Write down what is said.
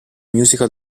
musical